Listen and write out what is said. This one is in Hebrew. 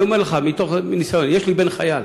אני אומר לך מניסיון, יש לי בן חייל,